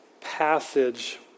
passage